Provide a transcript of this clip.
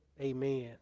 amen